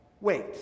wait